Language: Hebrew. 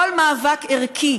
כל מאבק ערכי